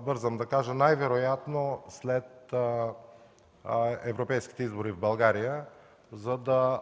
бързам да кажа – най-вероятно след европейските избори в България, за да